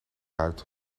uit